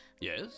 Yes